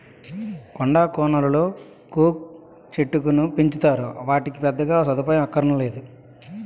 కొండా కోనలలో కోకా చెట్టుకును పెంచుతారు, ఆటికి పెద్దగా సదుపాయం అక్కరనేదు